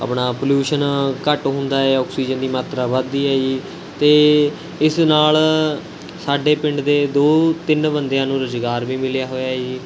ਆਪਣਾ ਪੋਲਊਸ਼ਨ ਘੱਟ ਹੁੰਦਾ ਹੈ ਔਕਸੀਜਨ ਦੀ ਮਾਤਰਾ ਵੱਧਦੀ ਹੈ ਜੀ ਅਤੇ ਇਸ ਨਾਲ਼ ਸਾਡੇ ਪਿੰਡ ਦੇ ਦੋ ਤਿੰਨ ਬੰਦਿਆਂ ਨੂੂੰ ਰੁਜ਼ਗਾਰ ਵੀ ਮਿਲਿਆ ਹੋਇਆ ਹੈ ਜੀ